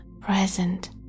present